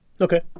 Okay